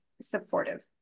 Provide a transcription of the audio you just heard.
supportive